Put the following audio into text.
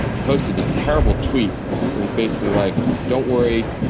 he posted this terrible tweet where he's basically like, don't worry.